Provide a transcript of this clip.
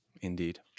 Indeed